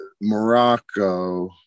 Morocco